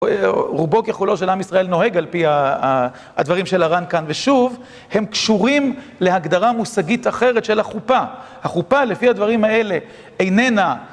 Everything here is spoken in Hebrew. רובו ככולו של עם ישראל נוהג על פי הדברים של הר"ן כאן, ושוב הם קשורים להגדרה מושגית אחרת של החופה, החופה לפי הדברים האלה איננה